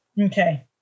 Okay